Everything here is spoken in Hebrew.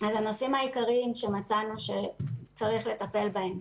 הנושאים העיקריים שמצאנו שצריך לטפל בהם: